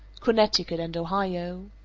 connecticut and ohio.